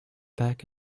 back